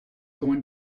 going